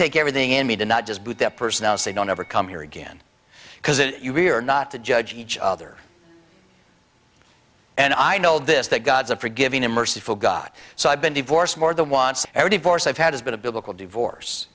take everything in me to not just put that person out say don't ever come here again because if you we're not to judge each other and i know this that god's a forgiving and merciful god so i've been divorced more the wants every divorce i've had has been a biblical divorce